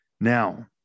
Now